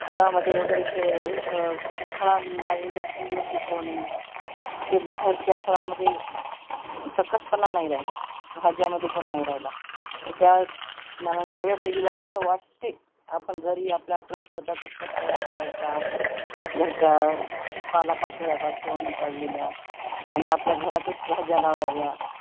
खतामध्ये वगैरे भे भेसळ कारण फळाला इंजेक्शन देऊन पिकवणे हे बाहेरच्या फळामध्ये सकसपणा नाही राहिला भाज्यामध्ये पण नाही राहिला त्या मनानं नव्या पिढीला असं वाटते आपण घरी आपला आपला स्वत चा खत तयार करायचा घरच्या पालापाचोळ्यापासून पडलेल्या आणि आपल्या घरातच भाज्या लावाव्या